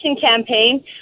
campaign